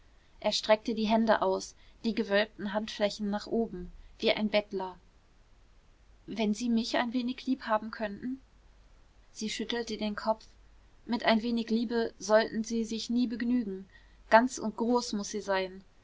er streckte die hände aus die gewölbten handflächen nach oben wie ein bettler wenn sie mich ein wenig lieb haben könnten sie schüttelte den kopf mit ein wenig liebe sollten sie sich nie begnügen ganz und groß muß sie sein